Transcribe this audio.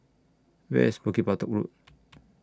Where IS Bukit Batok Road